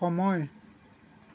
সময়